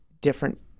different